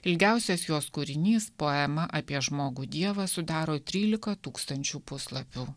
ilgiausias jos kūrinys poema apie žmogų dievą sudaro trylika tūkstančių puslapių